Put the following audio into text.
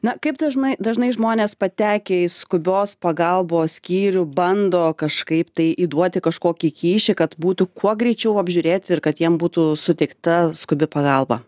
na kaip dažnai dažnai žmonės patekę į skubios pagalbos skyrių bando kažkaip tai įduoti kažkokį kyšį kad būtų kuo greičiau apžiūrėti ir kad jiem būtų suteikta skubi pagalba